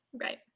Right